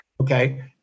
Okay